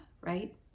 right